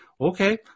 okay